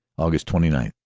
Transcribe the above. aug. twenty nine,